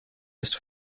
ist